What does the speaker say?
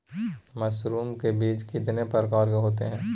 Mushroom का बीज कितने प्रकार के होते है?